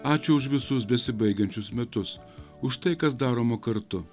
ačiū už visus besibaigiančius metus už tai kas daroma kartu